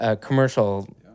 commercial